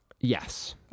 Yes